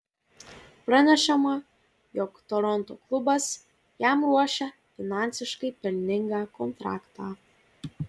pranešama jog toronto klubas jam ruošia finansiškai pelningą kontraktą